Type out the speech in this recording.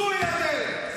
זוהי הדרך.